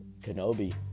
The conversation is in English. Kenobi